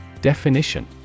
Definition